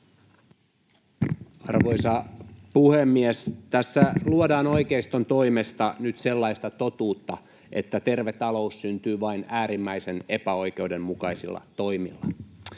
Arvoisa puhemies! Tässä luodaan oikeiston toimesta nyt sellaista totuutta, että terve talous syntyy vain äärimmäisen epäoikeudenmukaisilla toimilla.